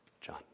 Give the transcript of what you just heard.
John